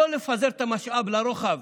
לא לפזר את המשאב לרוחב,